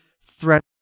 threat